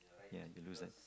ya you lose it